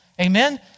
Amen